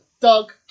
Doug